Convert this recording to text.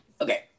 okay